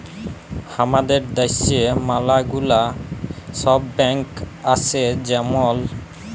হামাদের দ্যাশে ম্যালা গুলা সব ব্যাঙ্ক আসে যেমল